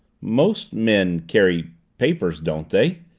most men carry papers don't they?